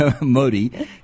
Modi